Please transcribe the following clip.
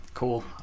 Cool